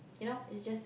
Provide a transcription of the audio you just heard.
you know it's just